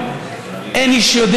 אחרון.